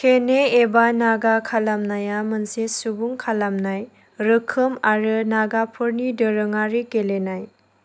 केने एबा नागा खालामनाया मोनसे सुबुं खालामनाय रोखोम आरो नागाफोरनि दोरोङारि गेलेनाय